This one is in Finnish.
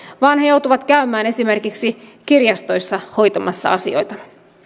vaan jotka joutuvat käymään esimerkiksi kirjastoissa hoitamassa asioitaan